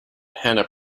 hannah